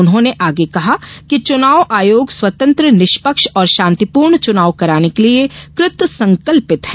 उन्होंने आगे कहा कि चुनाव आयोग स्वतंत्र निष्पक्ष और शांतिपूर्ण चुनाव कराने के लिये कृत संकल्पित है